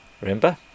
remember